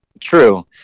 True